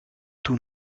toen